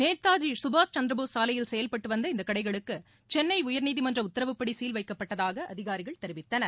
நேதாஜி சுபாஷ்சந்திரபோஸ் சாலையில் செயல்பட்டு வந்த இந்த சென்னை கடைகளுக்கு உயர்நீதிமன்ற உத்தரவுபடி சீல் வைக்கப்பட்டதாக அதிகாரிகள் தெரிவித்தனர்